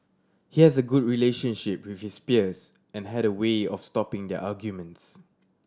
he has a good relationship with his peers and had a way of stopping their arguments